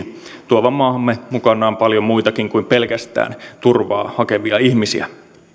tuovan maahamme mukanaan paljon muitakin kuin pelkästään turvaa hakevia ihmisiä